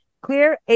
Clear